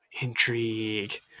intrigue